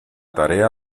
tarea